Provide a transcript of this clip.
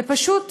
ופשוט,